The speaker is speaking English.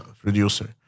producer